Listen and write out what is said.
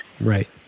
Right